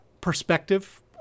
perspective